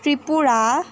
Tripura